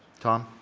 tom.